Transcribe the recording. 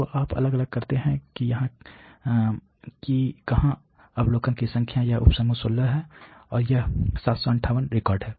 तो आप अलग अलग करते हैं कि कहाँ अवलोकन की संख्या या उप समूह 16 है और यह 758 रिकॉर्ड है